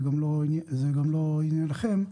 זה גם לא עניינכם,